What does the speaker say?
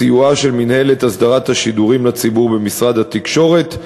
בסיועה של מינהלת הסדרת השידורים לציבור במשרד התקשורת,